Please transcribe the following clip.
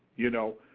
you know?